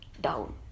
down